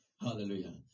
Hallelujah